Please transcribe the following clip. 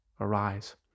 arise